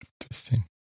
interesting